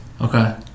Okay